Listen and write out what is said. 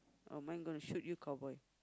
oh mine gonna shoot you cowboy